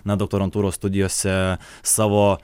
na doktorantūros studijose savo